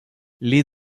les